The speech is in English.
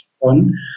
on